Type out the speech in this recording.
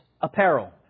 apparel